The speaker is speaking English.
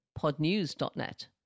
podnews.net